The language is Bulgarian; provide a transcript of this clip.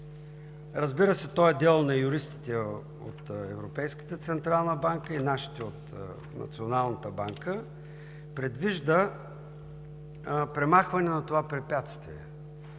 разбира се, то е дело на юристите от Европейската централна банка и нашите от Националната банка – предвижда премахване на това препятствие.